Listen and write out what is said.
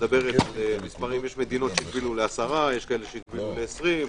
יש מדינות שהגבילו ל-10, יש שהגבילו ל-20.